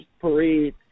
parade